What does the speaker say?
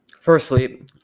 Firstly